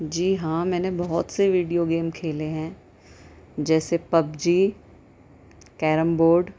جی ہاں میں نے بہت سے ویڈیو گیم کھیلے ہیں جیسے پبجی کیرم بورڈ